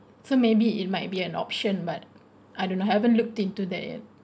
so maybe it might be an option but I don't know I haven't looked into that yet